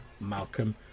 malcolm